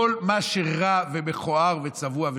כל מה שרע, מכוער, צבוע ושקרי.